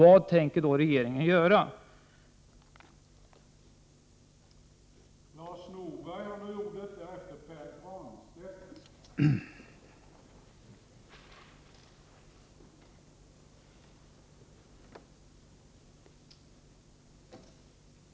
Vad tänker regeringen i så fall göra?